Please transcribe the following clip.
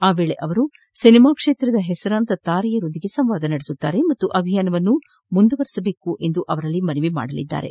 ಆ ವೇಳೆ ಅವರು ಸಿನಿಮಾ ಕ್ಷೇತ್ರದ ಹೆಸರಾಂತ ತಾರೆಯರೊಂದಿಗೆ ಸಂವಾದ ನಡೆಸುವರು ಮತ್ತು ಅಭಿಯಾನವನ್ನು ಮುಂದುವರಿಸಿಕೊಂಡು ಹೋಗುವಂತೆ ಅವರಲ್ಲಿ ಮನವಿ ಮಾಡಲಿದ್ದಾರೆ